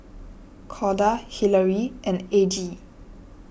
Corda Hilary and Aggie